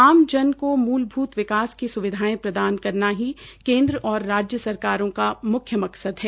आमजन को मूलभूत विकास की सुवधिायें प्रदान करना ही केन्द्र और राज्य सरकारों की मुख्य मकसद है